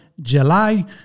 JULY